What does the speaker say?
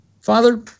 Father